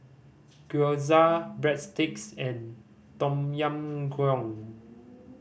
Gyoza Breadsticks and Tom Yam Goong